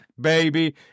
baby